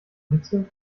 hitze